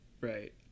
Right